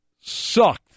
sucked